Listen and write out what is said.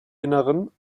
innern